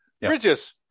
Bridges